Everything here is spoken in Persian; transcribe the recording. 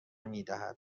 میدهد